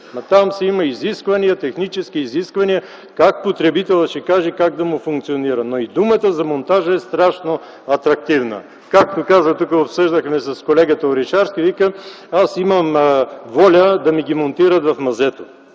Там си има изисквания, технически изисквания. Как потребителят ще каже как да му функционира? Но и думата за монтажа е страшна атрактивна! Тук обсъждахме това с колегата Орешарски и както каза той: „Аз имам воля да ми ги монтират в мазето,